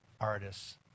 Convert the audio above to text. artists